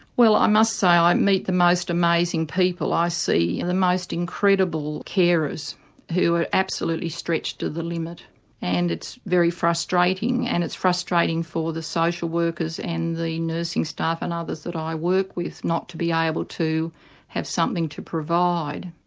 well i must say i i meet the most amazing people, i see the most incredible carers who are absolutely stretched to the limit and it's very frustrating and it's frustrating for the social workers and the nursing staff and others that i work with not to be able to have something to provide.